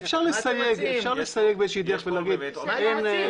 אפשר לסייג באיזה שהיא דרך ולהגיד שאין --- מה אתם מציעים?